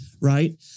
right